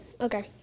okay